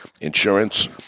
insurance